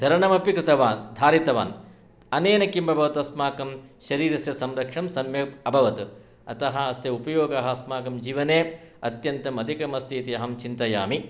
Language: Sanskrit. धरणमपि कृतवान् धारितवान् अनेन किमभवत् अस्माकं शरीरस्य संरक्षणं सम्यक् अभवत् अतः अस्य उपयोगः अस्माकं जीवने अत्यन्तम् अधिकम् अस्ति इति अहं चिन्तयामि